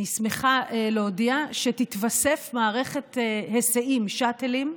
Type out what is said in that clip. אני שמחה להודיע שתתווסף מערכת היסעים, שאטלים,